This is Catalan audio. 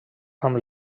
amb